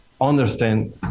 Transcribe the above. understand